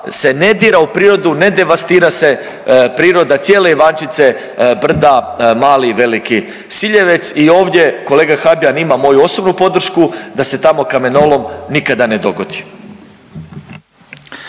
se ne dira u prirodu, ne devastira se priroda cijele Ivančice, brda Mali i Veliki Siljevec i ovdje kolega Habijan ima moju osobnu podršku da se tamo kamenolom nikada ne dogodi.